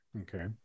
Okay